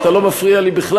אתה לא מפריע לי בכלל,